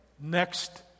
next